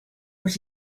but